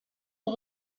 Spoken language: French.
ont